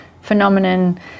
phenomenon